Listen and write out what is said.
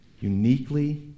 uniquely